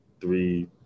three